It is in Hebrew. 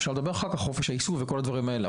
אפשר לדבר אחר כך על חופש העיסוק ועל כל הדברים האלה,